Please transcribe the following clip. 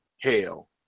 hell